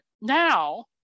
now